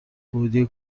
گودی